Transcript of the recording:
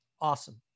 awesome